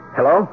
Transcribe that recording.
Hello